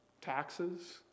Taxes